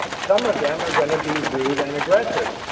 some of them are going to be rude and aggressive.